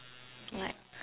like